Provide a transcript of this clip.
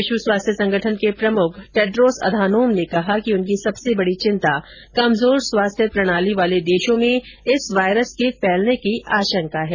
विश्व स्वास्थ्य संगठन के प्रमुख टेड्रोस अधानोम ने कहा कि उनकी सबसे बड़ी चिंता कमजोर स्वास्थ्य प्रणाली वाले देशों में इस वायरस के फैलने की आशंका है